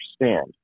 understand